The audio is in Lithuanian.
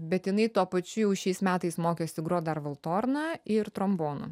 bet jinai tuo pačiu jau šiais metais mokėsi grot dar valtorna ir trombonu